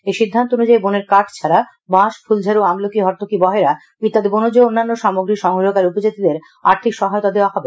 এই সিদ্ধান্ত অনুযায়ী বনের কাট ছাড়া বাঁশ ফুলঝাড়ু আমলকি হরতকি বয়েরা ইত্যাদি বনজ সামগ্রী সংগ্রহকারী উপজাতিদের আর্থিক সহায়তা দেওয়া হবে